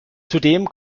zudem